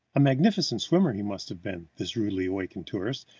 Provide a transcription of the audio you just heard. a magnificent swimmer he must have been, this rudely awakened tourist,